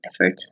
effort